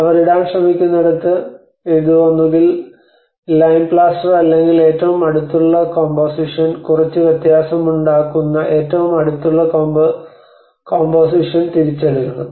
അവർ ഇടാൻ ശ്രമിക്കുന്നിടത്ത് ഇത് ഒന്നുകിൽ ലൈമ് പ്ലാസ്റ്റർ അല്ലെങ്കിൽ ഏറ്റവും അടുത്തുള്ള കോമ്പോസിഷൻ കുറച്ച് വ്യത്യാസമുണ്ടാക്കുന്ന ഏറ്റവും അടുത്തുള്ള കോമ്പോസിഷൻ തിരിച്ചെടുക്കണം